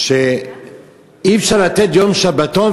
אי-אפשר לתת יום שבתון,